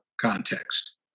context